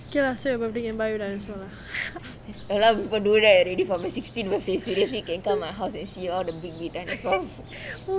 ya so your birthday I buy you dinosaurs lah oh